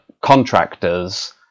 contractors